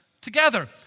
together